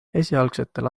esialgsetel